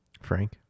Frank